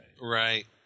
Right